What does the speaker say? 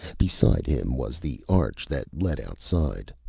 beside him was the arch that led outside.